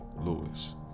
Lewis